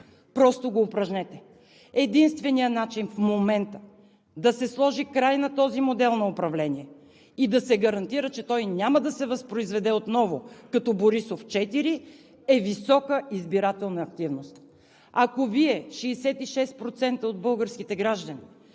просто го упражнете. Единственият начин в момента да се сложи край на този модел на управление и да се гарантира, че той няма да се възпроизведе отново като Борисов 4, е висока избирателна активност. Ако Вие – 66% от българските граждани,